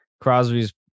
Crosby's